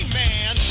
man